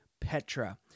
Petra